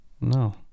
No